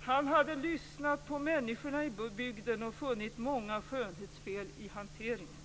Han hade lyssnat på människorna i bygden och funnit många skönhetsfel i hanteringen.